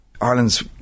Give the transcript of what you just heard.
Ireland's